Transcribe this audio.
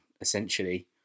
essentially